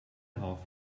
half